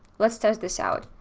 let's test this out.